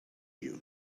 you